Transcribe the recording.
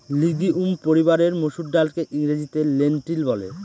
legume পরিবারের মসুর ডালকে ইংরেজিতে লেন্টিল বলে